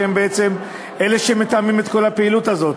שהם בעצם אלה שמתאמים את כל הפעילות הזאת.